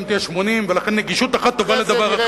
תהיה 80. ולכן נגישות אחת טובה לדבר אחר.